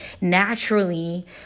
naturally